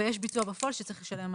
ויש ביצוע בפועל שצריך לשלם עליו.